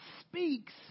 speaks